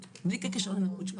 בלי קשר לנכות שלו.